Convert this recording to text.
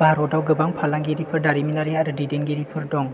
भारताव गोबां फालांगिरिफोर दारिमिनारि आरो दैदेनगिरिफोर दं